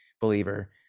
believer